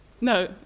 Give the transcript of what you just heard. No